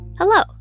Hello